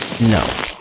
No